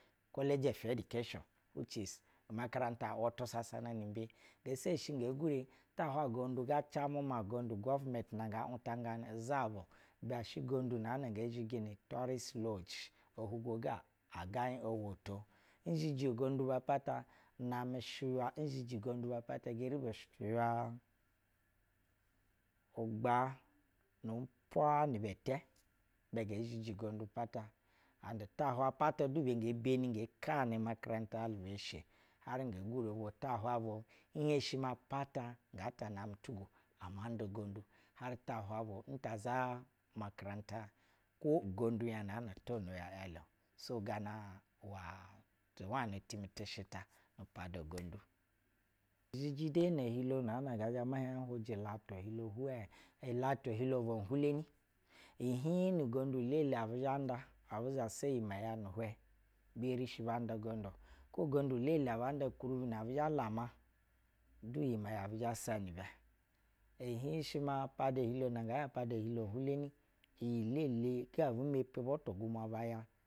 College of education which is umakaranta’ wutu sasana nu umbe nge seshi nge gure ta hwai ugondu zasana ma ugondu government nga wutanganɛ-o izaba ibɛ shɛ ngondu na gee zhiji nu tourist lodge. Ohugwa ga agaig o woto izhiji wa n zhiji gondu ba pata ger bu shiywa ugbaa nu umpwa ni bɛ tɛ ibɛ nge zhiji vgondu apata and ta hwayi apata du ge ben inga kanɛ umakarata alu beshe har gee gure bwo nu ta hwayi bwo apata nga ta namɛ ama nda gondu n heshi ta huni bwo apata ga ta namɛ tugwo ugowu har tahwayi n ta za makaranta kwo ugondu na na government yan nda so ga na tu wanɛ ti mi tɛ shɛ ta ma nda goudu. Izhiji de ne ohilo na na ngɛ zhɛ mɛ hiɛb n huleni. Ihib nu ugind u elele abi zhɛ nda abu zasa iyi nɛmɛ bulɛ bi eri shi banda kwo ogndu elele na abanda ukuribi na abizhɛ bala ma du iyi mɛyɛ abi zhɛ s ani ibɛ ilhib shɛ ma pada ohilo huleni iyi lele kpa ebi hieci butu gumwa bay a.